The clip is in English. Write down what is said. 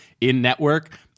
in-network